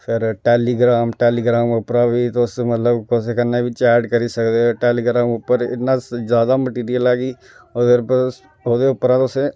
फिर टैलीग्राम उप्परां बी तुस मतलब कुसै कन्नै बी चैट करी सकदे ओ टैलीग्रांम कन्नै तुस कुसै कन्नै बी चैट करी सकने टैलीग्रांम उप्पर इ'न्ना जैदा मटिरिसल ऐ कि ओह्दे पर तुस